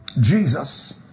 Jesus